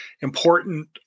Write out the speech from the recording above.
important